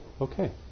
Okay